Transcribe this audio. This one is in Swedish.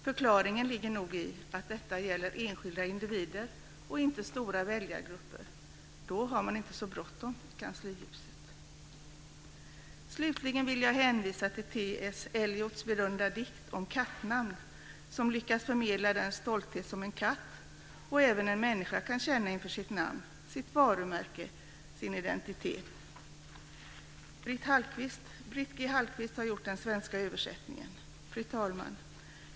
Förklaringen ligger nog i att detta gäller enskilda individer och inte stora väljargrupper. Slutligen vill jag hänvisa till T. Britt G. Hallqvist har gjort den svenska översättningen. Fru talman!